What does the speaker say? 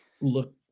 look